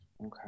okay